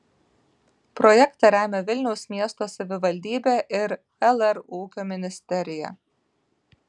projektą remia vilniaus miesto savivaldybe ir lr ūkio ministerija